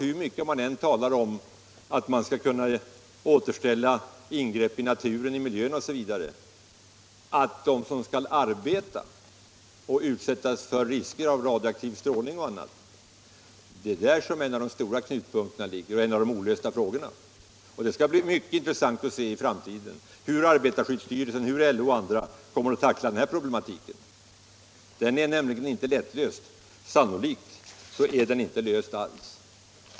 Hur mycket man än talar om att man skall kunna återställa ingrepp i naturen, i miljön osv., kvarstår som en av de olösta frågorna hur man skall kunna skydda dem som skall arbeta där och utsättas för risker av radioaktiv strålning. Det skall bli mycket intressant att se hur arbetarskyddsstyrelsen, LO och andra i framtiden kommer att tackla den problematiken. Den är nämligen inte lättlöst = sannolikt blir den inte löst alls.